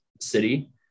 city